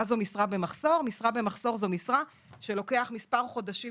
משרה במחסור זאת משרה שלוקח מספר חודשים